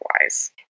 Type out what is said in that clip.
otherwise